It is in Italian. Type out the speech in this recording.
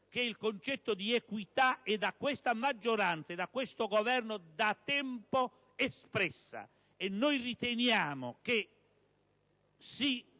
che il concetto di equità è da questa maggioranza e da questo Governo da tempo espresso, e noi riteniamo che